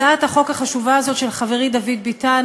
הצעת החוק החשובה הזאת של חברי דוד ביטן